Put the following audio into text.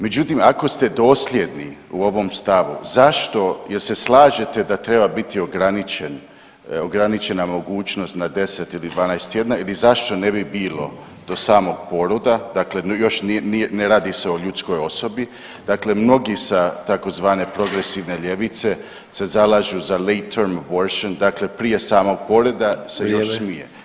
Međutim, ako ste dosljedni u ovom stavu, zašto, je li se slažete da treba biti ograničena mogućnost na 10 ili 12 tjedana ili zašto ne bi bilo do samog poroda, dakle još nije, ne radi se o ljudskoj osobi, dakle mnogi sa tzv. progresivne ljevice se zalažu za late-term abortion dakle prije samog poroda, [[Upadica: Vrijeme.]] se još smije.